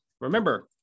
remember